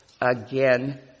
again